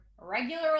regular